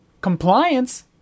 compliance